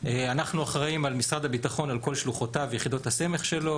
אנחנו אחראים על משרד הביטחון על כל שלוחותיו ויחידות הסמך שלו,